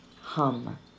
Hum